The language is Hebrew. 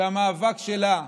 שהמאבק שלה,